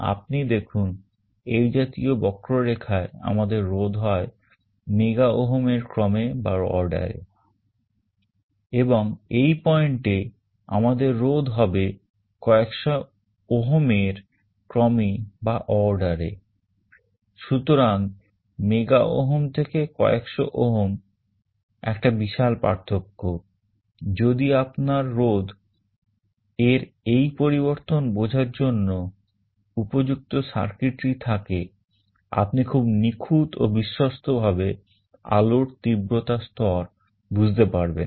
আপনি দেখুন এই জাতীয় বক্ররেখায় জন্য উপযুক্ত circuitry থাকে আপনি খুব নিখুঁত ও বিশ্বস্ত ভাবে আলোর তীব্রতার স্তর বুঝতে পারবেন